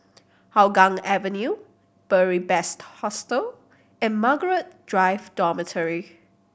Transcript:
Hougang Avenue Beary Best Hostel and Margaret Drive Dormitory